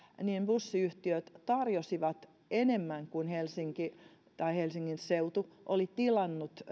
niin bussiyhtiöt tarjosivat useammalle bussilinjalle sähköbusseja kuin helsingin seutu oli tilannut